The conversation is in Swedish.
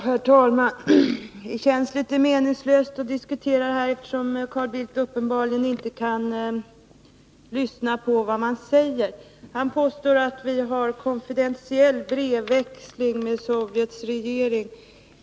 Herr talman! Det känns litet meningslöst att diskutera detta, eftersom Carl Bildt uppenbarligen inte kan lyssna på vad man säger. Han påstår att vi har konfidentiell brevväxling med Sovjets regering.